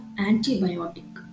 antibiotic